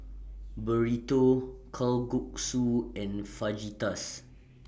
Burrito Kalguksu and Fajitas